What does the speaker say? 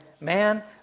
man